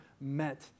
met